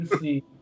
see